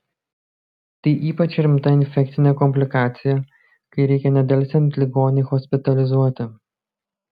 tai ypač rimta infekcinė komplikacija kai reikia nedelsiant ligonį hospitalizuoti